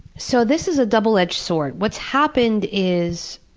so this is a double-edged sword. what's happened is,